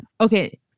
Okay